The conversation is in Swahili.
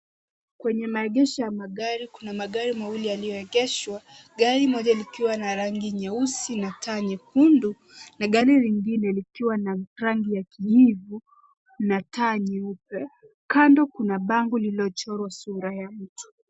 Kwenye maegesho ya magari, kuna magari mawili yaliyoengeshwa. Gari moja likiwa na rangi nyeusi na taa nyekundu, na gari lingine likiwa na rangi ya kijivu na taa nyeupe. Kando kuna bango lilichorwa sura ya mtu.